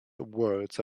words